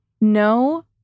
no